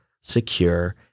secure